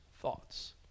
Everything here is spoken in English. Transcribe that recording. thoughts